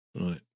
right